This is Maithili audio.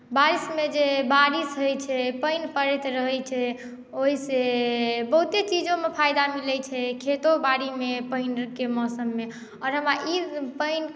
बारिशमे जे बारिश होइत छै पानि पड़ैत रहैत छै ओहिसँ बहुते चीजोमे फायदा मिलैत छै खेतो बाड़ीमे पानिके मौसममे आओर हमरा ई पानि